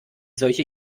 solche